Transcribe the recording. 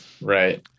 Right